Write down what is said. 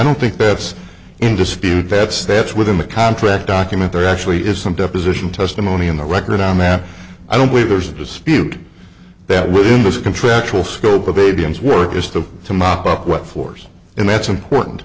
don't think that's in dispute that's that's within the contract document there actually is some deposition testimony in the record on the map i don't believe there's a dispute that williams contractual scope of baby and work is to mop up what floors and that's important